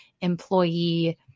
employee